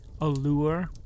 allure